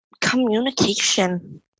communication